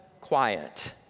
quiet